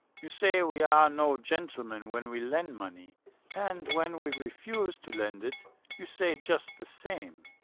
you say we are no gentlemen when we lend money and when we refuse to lend it you say just the same.